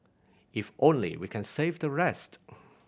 if only we can save the rest